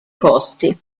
costi